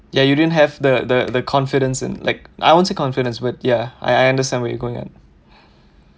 ya you didn't have the the confidence and like I won't say confidence but ya I understand where you're going